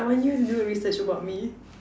I want you to do a research about me